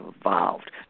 evolved